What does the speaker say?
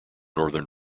northern